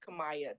Kamaya